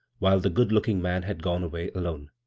while the good-looking man had gone away alone.